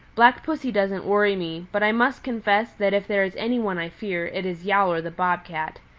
black pussy doesn't worry me, but i must confess that if there is any one i fear, it is yowler the bob cat.